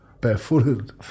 barefooted